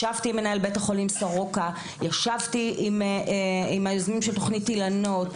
ישבתי עם מנהל בית החולים סורוקה ועם יוזמי תוכנית אילנות.